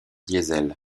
diesel